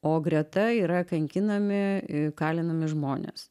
o greta yra kankinami kalinami žmonės